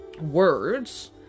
words